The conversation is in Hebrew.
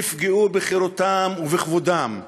יפגעו בחירותם ובכבודם,